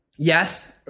Yes